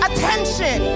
attention